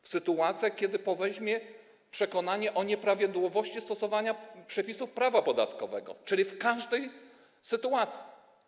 W sytuacjach kiedy poweźmie on przekonanie o nieprawidłowości stosowania przepisów prawa podatkowego, czyli w każdej sytuacji.